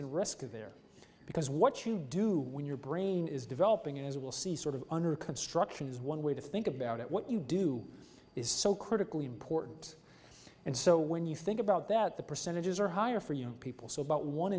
of there because what you do when your brain is developing is it will see sort of under construction is one way to think about it what you do is so critically important and so when you think about that the percentages are higher for young people so about one